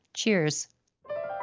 Cheers